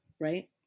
right